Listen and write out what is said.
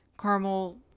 caramel